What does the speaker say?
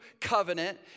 covenant